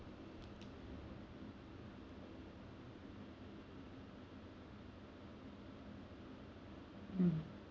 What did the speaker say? mm